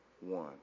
one